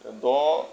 দ